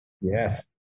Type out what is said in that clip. Yes